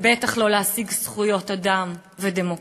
ובטח לא להשיג זכויות אדם ודמוקרטיה.